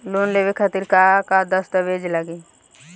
Loan लेवे खातिर का का दस्तावेज लागी?